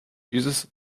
used